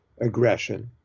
aggression